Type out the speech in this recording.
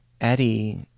eddie